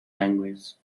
language